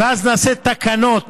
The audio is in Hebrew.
ואז נעשה תקנות